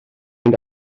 mynd